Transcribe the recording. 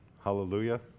Hallelujah